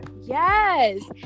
yes